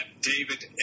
David